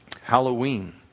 halloween